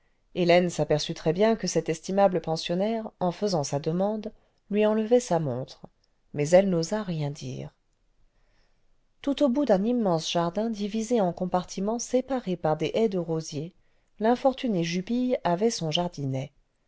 hélène s'aperçut très bien que cet estimable pensionnaire en faisant sa demande lui enlevait sa montre mais elle n'osa rien dire tout au bout d'un immense jardin divisé en compartiments séparés par des haies de rosiers l'infortuné jupille avait son jardinet